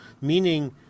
meaning